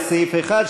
לסעיף 1,